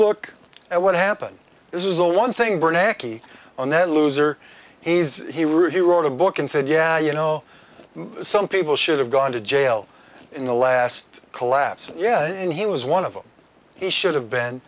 look at what happened this is the one thing burning akki on their loser is he really wrote a book and said yeah you know some people should have gone to jail in the last collapse yeah and he was one of them he should have been